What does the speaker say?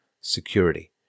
security